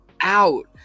out